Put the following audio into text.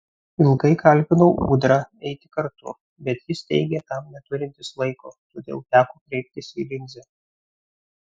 ilgai kalbinau ūdrą eiti kartu bet jis teigė tam neturintis laiko todėl teko kreiptis į linzę